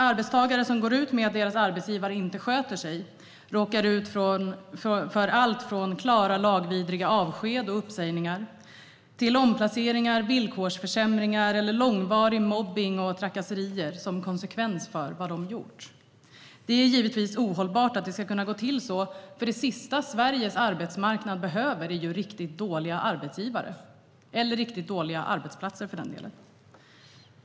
Arbetstagare som går ut med att deras arbetsgivare inte sköter sig råkar ut för allt från klara lagvidriga avsked eller uppsägningar till omplaceringar, villkorsförsämringar eller långvarig mobbning och trakasserier som konsekvens av vad de gjort. Det är givetvis ohållbart att det ska gå till så, för det sista Sveriges arbetsmarknad behöver är ju riktigt dåliga arbetsgivare, eller riktigt dåliga arbetsplatser, för den delen.